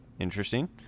interesting